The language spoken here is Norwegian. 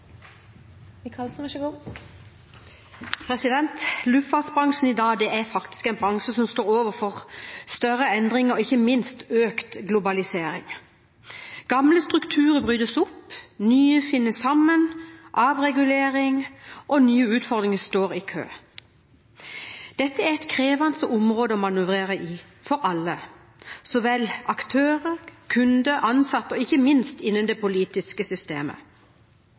Luftfartsbransjen er i dag en bransje som står overfor større endringer, ikke minst økt globalisering og avregulering. Gamle strukturer brytes opp, nye finner sammen, og nye utfordringer står i kø. Dette er et krevende område å manøvrere i for alle – for aktører, kunder og ansatte – og ikke minst innen det politiske systemet.